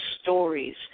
stories